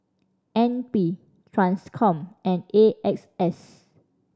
N P Transcom and A X S